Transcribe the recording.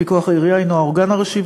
פיקוח העירייה הוא האורגן הראשי,